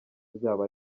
byabo